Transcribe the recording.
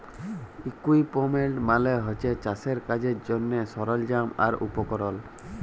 equipment মালে হছে চাষের কাজের জ্যনহে সরল্জাম আর উপকরল